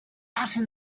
ate